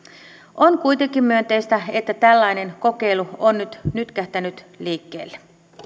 on kuitenkin myönteistä että tällainen kokeilu on nyt nytkähtänyt liikkeelle